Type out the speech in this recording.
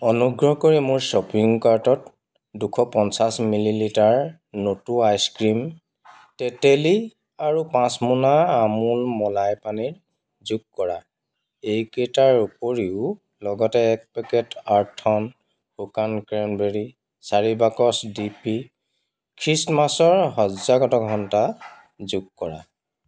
অনুগ্ৰহ কৰি মোৰ শ্বপিং কাৰ্টত দুশ পঞ্চাছ মিলিলিটাৰ নটো আইচ ক্ৰীম তেতেলী আৰু পাঁচ মোনা আমুল মলাই পানীৰ যোগ কৰা এইকেইটাৰ উপৰিও লগতে এক পেকেট আৰ্থন শুকান ক্ৰেনবেৰী চাৰি বাকচ ডি পি খ্ৰীষ্টমাছৰ সজ্জাগত ঘণ্টা যোগ কৰা